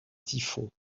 typhon